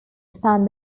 span